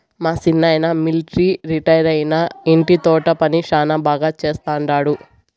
మా సిన్నాయన మిలట్రీ రిటైరైనా ఇంటి తోట పని శానా బాగా చేస్తండాడు